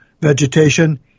vegetation